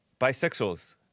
bisexuals